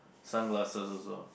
sunglasses also